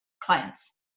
clients